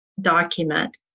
document